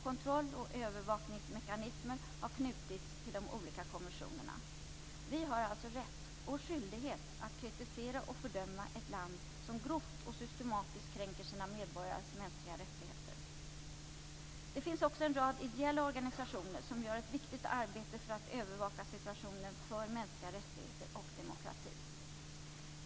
Kontrolloch övervakningsmekanismer har knutits till de olika konventionerna. Vi har alltså rätt och skyldighet att kritisera och fördöma ett land som grovt och systematiskt kränker sina medborgares mänskliga rättigheter. Det finns också en rad ideella organisationer som gör ett viktigt arbete för att övervaka situationen för mänskliga rättigheter och demokrati.